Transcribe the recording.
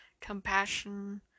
compassion